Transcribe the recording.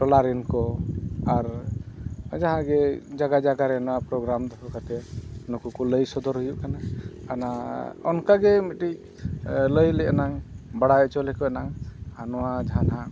ᱴᱚᱞᱟᱨᱮᱱ ᱠᱚ ᱟᱨ ᱡᱟᱦᱟᱸᱜᱮ ᱡᱟᱭᱜᱟ ᱡᱟᱭᱜᱟᱨᱮ ᱱᱚᱣᱟ ᱯᱨᱳᱜᱨᱟᱢ ᱫᱚᱦᱚ ᱠᱟᱛᱮᱫ ᱱᱩᱠᱩ ᱠᱚ ᱞᱟᱹᱭ ᱥᱚᱫᱚᱨ ᱦᱩᱭᱩᱜ ᱠᱟᱱᱟ ᱟᱨ ᱱᱚᱣᱟ ᱚᱱᱠᱟᱜᱮ ᱢᱤᱫᱴᱤᱡ ᱞᱟᱹᱭᱞᱮ ᱟᱱᱟᱝ ᱵᱟᱲᱟᱭ ᱦᱚᱪᱚ ᱞᱮᱠᱚ ᱮᱱᱟᱜ ᱟᱨ ᱱᱚᱣᱟ ᱡᱟᱦᱟᱸ ᱫᱚ ᱦᱩᱱᱟᱹᱜ